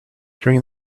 during